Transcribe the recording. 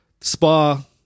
spa